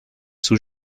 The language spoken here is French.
sous